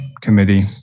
committee